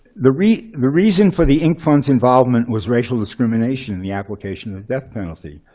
the reason the reason for the involvement was racial discrimination in the application of death penalty.